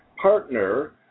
partner